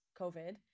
COVID